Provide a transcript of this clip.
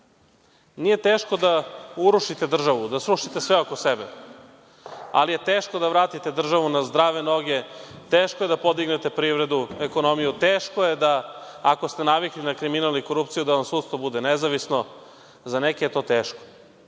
nije teško da urušite državu, da srušite sve oko sebe, ali je teško da vratite državu na zdrave noge, teško je da podignete privredu, ekonomiju, teško je da, ako ste navikli na kriminal i korupciju, da vam sudstvo bude nezavisno. Za neke je to teško.